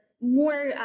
more